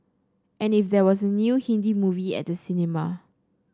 and if there was a new Hindi movie at the cinema